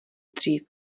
dřív